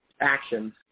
actions